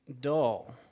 dull